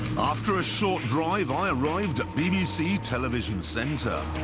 after a short drive, i arrived at bbc television centre.